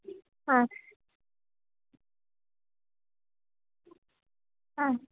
ಹಾಂ ಹಾಂ